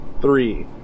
Three